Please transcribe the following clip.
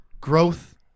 growth